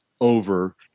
over